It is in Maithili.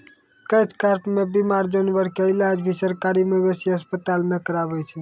कैच कार्प नॅ बीमार जानवर के इलाज भी सरकारी मवेशी अस्पताल मॅ करावै छै